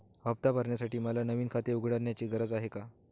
हफ्ता भरण्यासाठी मला नवीन खाते उघडण्याची गरज आहे का?